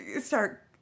start